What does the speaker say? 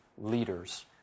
leaders